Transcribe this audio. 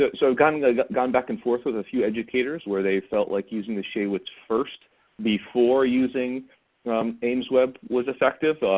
ah so gone and gone back and forth with a few educators where they felt like using the shaywitz first before using aimsweb was effective.